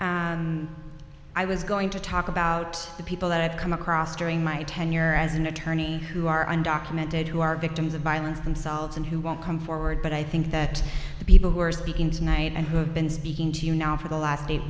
attorney i was going to talk about the people that i've come across during my tenure as an attorney who are undocumented who are victims of violence themselves and who won't come forward but i think that the people who are speaking and who have been speaking to you now for the last eight